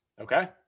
Okay